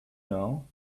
now